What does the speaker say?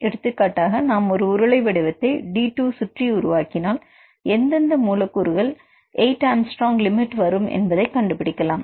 எடுத்துக்காட்டாக நாம் ஒரு உருளை வடிவத்தை D2 சுற்றி உருவாக்கினால எந்தெந்த மூலக்கூறுகள்8A லிமிட் வரும் என்பதை கண்டுபிடிக்கலாம்